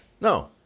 No